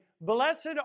blessed